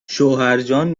شوهرجان